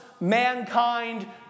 mankind